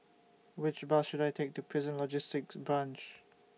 Which Bus should I Take to Prison Logistic Branch